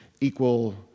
equal